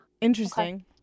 interesting